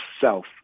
self